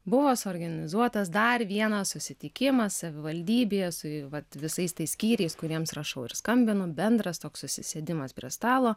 buvo suorganizuotas dar vienas susitikimas savivaldybėje su vat visais tais skyriais kuriems rašau ir skambinu bendras toks susėdimas prie stalo